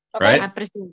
Right